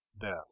death